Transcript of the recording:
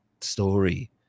story